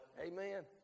Amen